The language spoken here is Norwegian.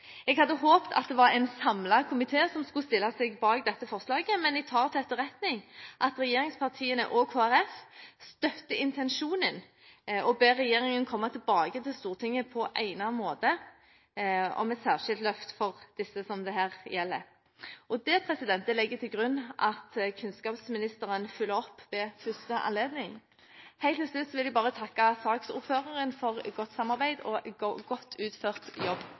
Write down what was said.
Jeg hadde håpet at det var en samlet komité som kunne stille seg bak dette forslaget, men jeg tar til etterretning at regjeringspartiene og Kristelig Folkeparti støtter intensjonen og ber regjeringen komme tilbake til Stortinget på egnet måte med et særskilt løft for disse det her gjelder. Det legger jeg til grunn at kunnskapsministeren følger opp ved første anledning. Helt til slutt vil jeg takke saksordføreren for godt samarbeid og godt utført jobb.